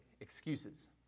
excuses